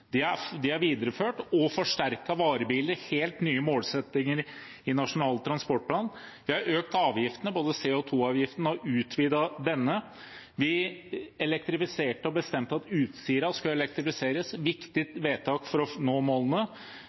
De er videreført og forsterket – varebil er en helt ny målsetting i Nasjonal transportplan. Vi har både økt CO 2 -avgiften og utvidet den. Vi elektrifiserte – vi bestemte at Utsira skulle elektrifiseres. Det er viktige vedtak for å nå målene.